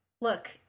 look